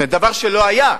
דבר שלא היה.